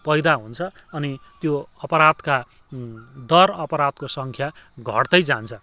पैदा हुन्छ अनि त्यो अपराधका दर अपराधको सङ्ख्या घट्दै जान्छ